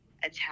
attack